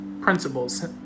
principles